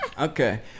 Okay